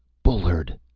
bullard!